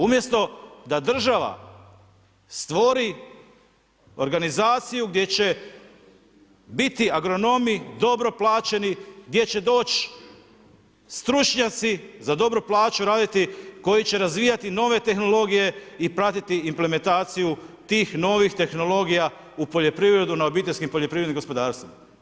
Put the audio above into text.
Umjesto da država stvori organizaciju gdje će biti agronomi dobro plaćeni gdje će doći stručnjaci za dobru plaću raditi, koji će razvijati nove tehnologije i pratiti implementaciju tih novih tehnologija u poljoprivredu na obiteljskim poljoprivrednim gospodarstvima.